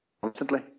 constantly